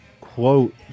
Quote